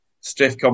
stiff